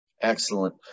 Excellent